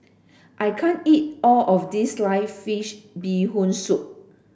I can't eat all of this sliced fish bee hoon soup